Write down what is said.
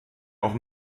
auch